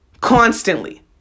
Constantly